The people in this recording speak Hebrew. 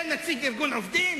זה נציג של ארגון עובדים?